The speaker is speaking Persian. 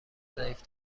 ضعیف